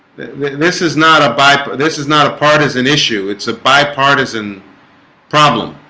this is not a bible. this is not a part as an issue. it's a bipartisan problem